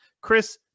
Chris